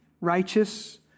righteous